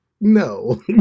no